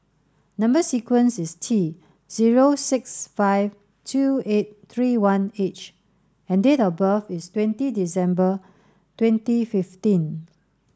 number sequence is T zero six five two eight three one H and date of birth is twenty December twenty fifteen